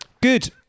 Good